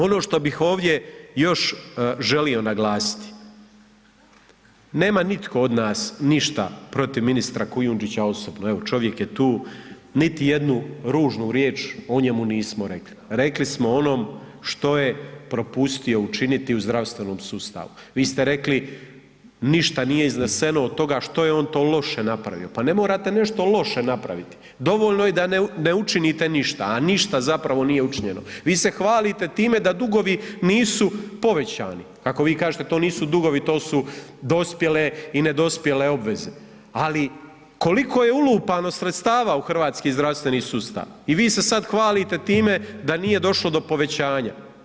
Ono što bih ovdje još želio naglasiti, nema nitko od nas ništa protiv ministra Kujundžića osobno, evo čovjek je tu, niti jednu ružnu riječ o njemu nismo rekli, rekli smo o onom što je propustio učiniti u zdravstvenom sustavu, vi ste rekli ništa nije izneseno od toga što je on to loše napravio, pa ne morate nešto loše napraviti, dovoljno je da ne učinite ništa, a ništa zapravo nije učinjeno, vi se hvalite time da dugovi nisu povećani, kako vi kažete to nisu dugovi, to su dospjele i nedospjele obveze, ali koliko je ulupano sredstava u hrvatski zdravstveni sustav i vi se sad hvalite time da nije došlo do povećanja.